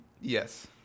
Yes